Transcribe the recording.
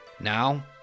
Now